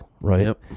right